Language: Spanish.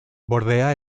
bordea